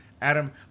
Adam